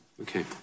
Okay